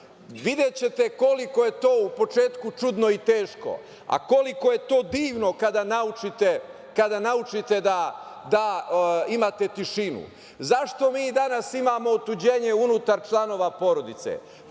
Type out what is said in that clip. Videćete koliko je to u početku čudno i teško, a koliko je to divno kada naučite da imate tišinu.Zašto mi imamo danas otuđenje unutar članova porodice?